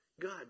God